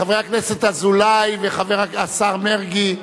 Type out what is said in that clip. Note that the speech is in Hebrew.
חבר הכנסת אזולאי והשר מרגי,